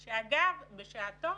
שאגב, בשעתו